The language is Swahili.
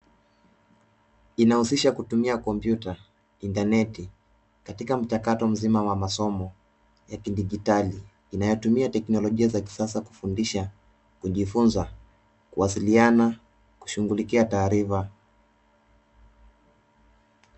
Inahusisha kutumia komputa interneti, katika mchakato mzima wa kimasomo ya kijidigitali .Inayotumia teknologia za kisasa kufundisha kujifunza, kuwasiliana, kushughulikia taarifa.